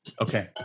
Okay